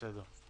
אני